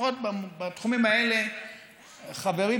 בתחומים האלה חברי,